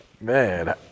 man